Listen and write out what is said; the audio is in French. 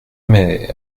mais